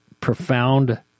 profound